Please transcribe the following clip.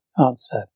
Answer